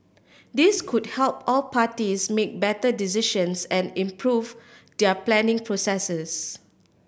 this could help all parties make better decisions and improve their planning processes